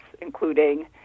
including